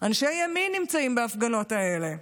אנשי ימין נמצאים בהפגנות האלה.